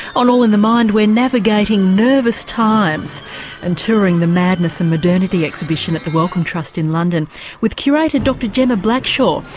on all in the mind we're navigating nervous times and touring the madness and modernity exhibition at the wellcome trust in london with curator dr gemma blackshaw,